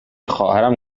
خواهرم